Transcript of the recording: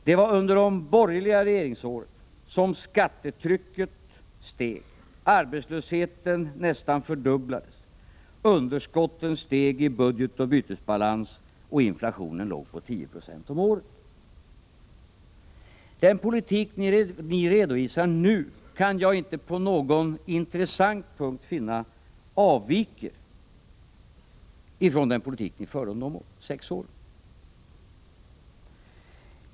Det var under de borgerliga regeringsåren som skattetrycket steg, arbetslösheten nästan fördubblades, underskotten steg i budgetoch bytesbalans och inflationen låg på 10 26 om året. Den politik ni redovisar nu kan jag inte på någon intressant punkt finna avviker från den politik ni förde under de sex åren.